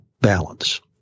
balance